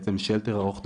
שלטר ארוך טווח,